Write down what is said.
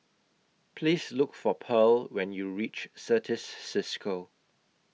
Please Look For Pearl when YOU REACH Certis CISCO